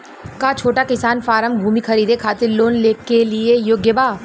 का छोटा किसान फारम भूमि खरीदे खातिर लोन के लिए योग्य बा?